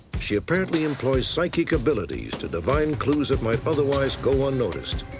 she apparently employs psychic abilities to divine clues that might otherwise go unnoticed.